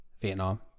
Vietnam